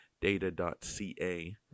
data.ca